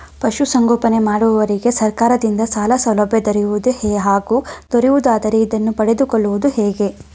ಪಶುಸಂಗೋಪನೆ ಮಾಡುವವರಿಗೆ ಸರ್ಕಾರದಿಂದ ಸಾಲಸೌಲಭ್ಯ ದೊರೆಯುವುದೇ ಹಾಗೂ ದೊರೆಯುವುದಾದರೆ ಇದನ್ನು ಪಡೆದುಕೊಳ್ಳುವುದು ಹೇಗೆ?